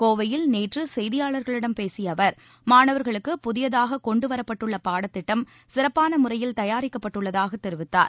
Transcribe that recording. கோவையில் நேற்று செய்தியாளர்களிடம் பேசிய அவர் மாணவர்களுக்கு புதியதாக கொண்டுவரப்பட்டுள்ள பாடத்திட்டம் சிறப்பான முறையில் தயாரிக்கப்பட்டுள்ளதாக தெரிவித்தார்